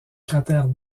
cratère